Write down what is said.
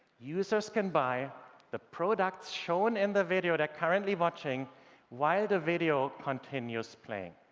users can buy the products shown in the video they're currently watching while the video continues playing.